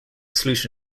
solution